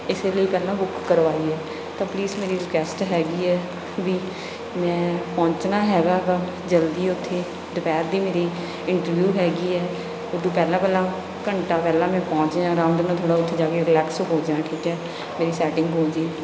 ਇਸੇ ਲਈ ਪਹਿਲਾਂ ਬੁੱਕ ਕਰਵਾਈ ਹੈ ਤਾਂ ਪਲੀਜ਼ ਮੇਰੀ ਰਿਕੁਐਸਟ ਹੈਗੀ ਹੈ ਵੀ ਮੈਂ ਪਹੁੰਚਣਾ ਹੈਗਾ ਗਾ ਜਲਦੀ ਉੱਥੇ ਦੁਪਹਿਰ ਦੀ ਮੇਰੀ ਇੰਟਰਵਿਊ ਹੈਗੀ ਹੈ ਉਹ ਤੋਂ ਪਹਿਲਾਂ ਪਹਿਲਾਂ ਘੰਟਾ ਪਹਿਲਾਂ ਮੈਂ ਪਹੁੰਚ ਜਾ ਅਰਾਮ ਦੇ ਨਾਲ ਥੋੜ੍ਹਾ ਉੱਥੇ ਜਾ ਕੇ ਰਿਲੈਕਸ ਹੋ ਜਾ ਠੀਕ ਹੈ ਮੇਰੀ ਸੈਟਿੰਗ ਹੋ ਜਾਵੇ